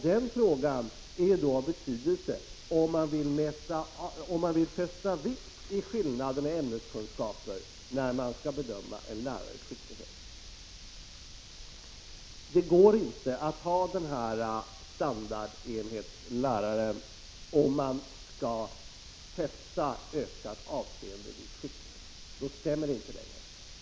Den frågan är av betydelse om man vill fästa vikt vid skillnaderna i ämneskunskaper när man skall bedöma en lärares skicklighet. Det går inte att ha denna standardlärare eller enhetslärare om man skall fästa ökat avseende vid skicklighet. Då stämmer det inte längre.